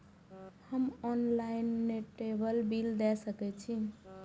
हम online table bill दे सके छी?